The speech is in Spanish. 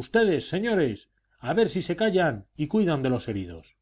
ustedes señores a ver si se callan y cuidan de los heridos